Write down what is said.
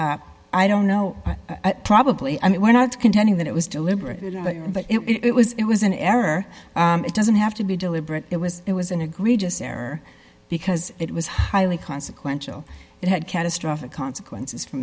view i don't know probably i mean we're not contending that it was deliberate but it was it was an error it doesn't have to be deliberate it was it was an egregious error because it was highly consequential it had catastrophic consequences for